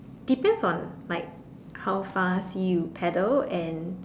depends on like how fast you paddle and